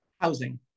Housing